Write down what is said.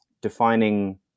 defining